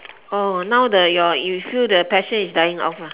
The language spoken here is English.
oh now the your you feel the passion is dying off ah